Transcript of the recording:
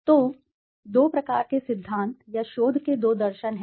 तो दो प्रकार के सिद्धांत या शोध के दो दर्शन हैं